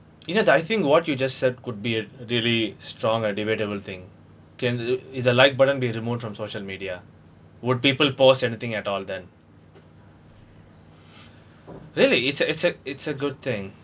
you know that I think what you just said could be a really strong and debatable thing can i~ if the like button be removed from social media would people post anything at all then really it's a it's a it's a good thing